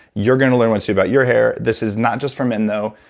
you're going to learn what to do about your hair this is not just for men, though,